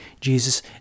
Jesus